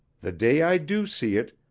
the day i do see it,